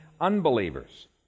unbelievers